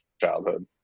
childhood